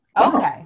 okay